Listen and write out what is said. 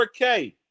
4K